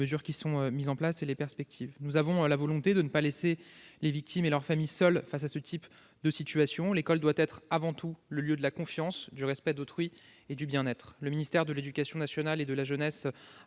mesures mises en place et les perspectives. Nous avons la volonté de ne pas laisser les victimes et leurs familles seules face à ce type de situation. L'école doit être avant tout le lieu de la confiance, du respect d'autrui et du bien-être. Le ministère de l'éducation nationale et de la jeunesse a